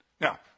Now